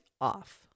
off